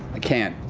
i can't.